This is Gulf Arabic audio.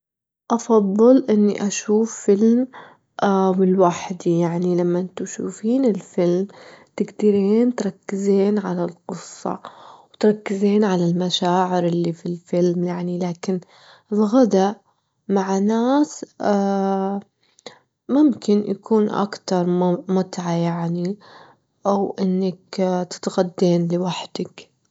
أفضل إني أشوف فيلم ولوحدي يعني، لمان تشوفين الفيلم تجدرين تركزين على القصة، وتركزين على المشاعر اللي في الفيلم يعني، لكن الغدا مع ناس ممكن يكون أكتر متعة يعني أو إنك تتغدين لوحدك.